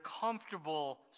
comfortable